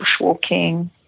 bushwalking